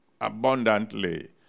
abundantly